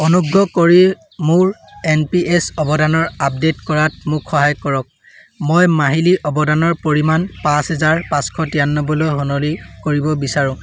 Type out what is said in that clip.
অনুগ্ৰহ কৰি মোৰ এন পি এছ অৱদানৰ আপডেট কৰাত মোক সহায় কৰক মই মাহিলি অৱদানৰ পৰিমাণ পাঁচ হাজাৰ পাঁচশ তিৰানব্বৈলৈ সলনি কৰিব বিচাৰোঁ